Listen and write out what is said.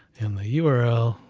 and the yeah url,